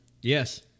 Yes